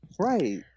right